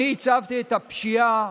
אני הצבתי את הפשיעה,